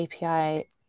API